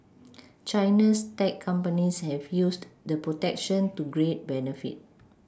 China's tech companies have used the protection to great benefit